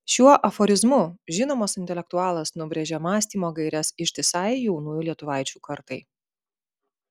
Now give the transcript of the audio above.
šiuo aforizmu žinomas intelektualas nubrėžė mąstymo gaires ištisai jaunųjų lietuvaičių kartai